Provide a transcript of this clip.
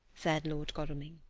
said lord godalming.